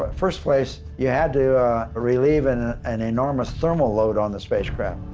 ah first place, you had to relieve and ah an enormous thermal load on the spacecraft.